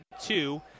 two